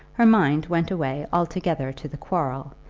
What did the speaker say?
her mind went away altogether to the quarrel,